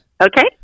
Okay